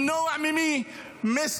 למנוע ממי?